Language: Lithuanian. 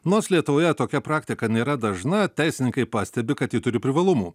nors lietuvoje tokia praktika nėra dažna teisininkai pastebi kad ji turi privalumų